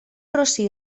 rossí